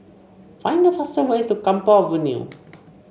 find the fastest way to Camphor Avenue